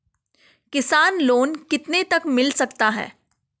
किसान लोंन कितने तक मिल सकता है?